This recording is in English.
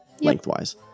lengthwise